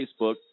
Facebook